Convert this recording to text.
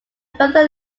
further